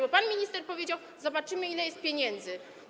Bo pan minister powiedział: zobaczymy, ile jest pieniędzy.